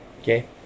okay